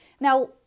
Now